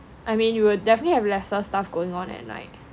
I mean you will definitely have lesser stuff going on at night